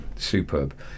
superb